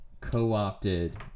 co-opted